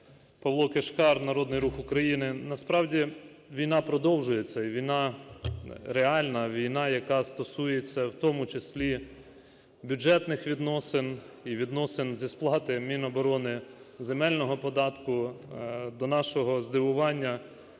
Павло Кишкар, Народний Рух України. Насправді, війна продовжується. Війна продовжується і війна реальна, війна, яка стосується в тому числі бюджетних відносин і відносин зі сплати Міноборони земельного податку. До нашого здивування,